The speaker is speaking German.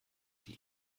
die